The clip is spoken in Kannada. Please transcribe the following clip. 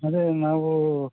ಅದೆ ನಾವು